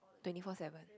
twenty four seven